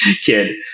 kid